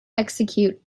execute